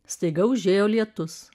staiga užėjo lietus